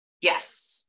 Yes